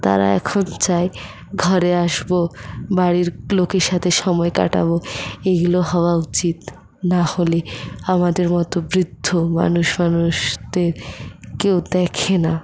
তারা এখন চায় ঘরে আসবো বাড়ির লোকের সাথে সময় কাটাবো এগুলো হওয়া উচিত নাহলে আমাদের মতো বৃদ্ধ মানুষ ফানুষদের কেউ দেখে না